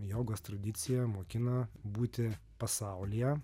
jogos tradicija mokina būti pasaulyje